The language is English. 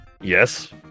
Yes